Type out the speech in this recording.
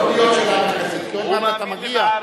הוא מאמין ל"מעריב",